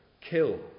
Kill